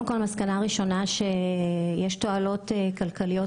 הראשונה שבהן היא שיש תועלות כלכליות